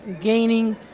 gaining